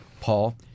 Paul